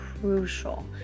crucial